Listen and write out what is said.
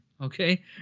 Okay